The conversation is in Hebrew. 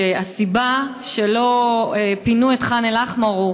שלא פינו את ח'אן אל-אחמר,